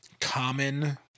common